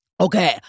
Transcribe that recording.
Okay